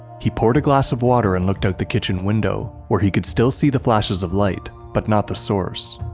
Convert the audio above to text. he poured a glass of water, and looked out the kitchen window, where he could still see the flashes of light, but not the source.